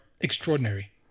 extraordinary